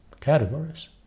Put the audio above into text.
Categories